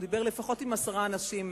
הוא דיבר לפחות עם עשרה אנשים מהענף.